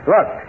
Look